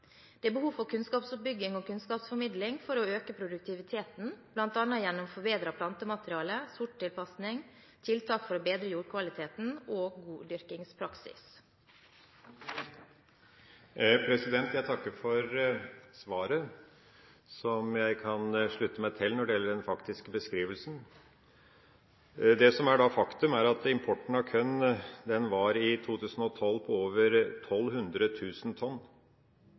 Det er behov for kunnskapsoppbygging og kunnskapsformidling for å øke produktiviteten, bl.a. gjennom forbedret plantemateriale, sortstilpassing, tiltak for å bedre jordkvaliteten og god dyrkingspraksis. Jeg takker for svaret, som jeg kan slutte meg til når det gjelder den faktiske beskrivelsen. Det som er faktum, er at importen av korn i 2012 var på over 1 200 000 tonn,